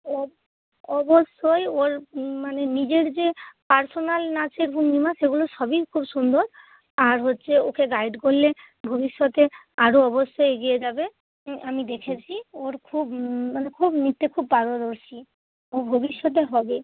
ও অবশ্যই ওর মানে নিজের যে পার্সোনাল নাচের ভঙ্গিমা সেগুলো সবই খুব সুন্দর আর হচ্ছে ওকে গাইড করলে ভবিষ্যতে আরও অবশ্যই এগিয়ে যাবে আমি দেখেছি ওর খুব মানে নিত্যে খুব পারদর্শী ওর ভবিষ্যতে হবে